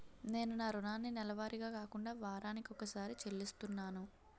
నేను నా రుణాన్ని నెలవారీగా కాకుండా వారాని కొక్కసారి చెల్లిస్తున్నాను